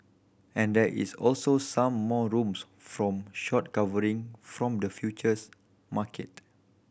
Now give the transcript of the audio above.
and there is also some more rooms from short covering from the futures market